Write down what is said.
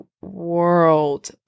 world